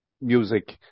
music